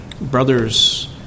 Brothers